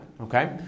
Okay